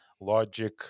logic